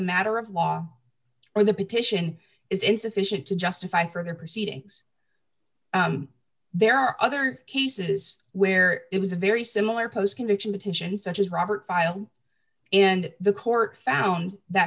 matter of law or the petition is insufficient to justify further proceedings there are other cases where it was a very similar post conviction petitions such as robert filed and the court found that